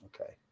okay